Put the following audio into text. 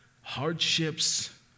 hardships